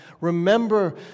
remember